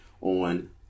on